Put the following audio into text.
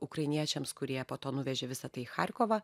ukrainiečiams kurie po to nuvežė visa tai į charkovą